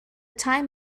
time